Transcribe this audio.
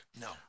No